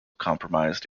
compromised